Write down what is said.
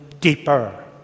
deeper